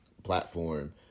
platform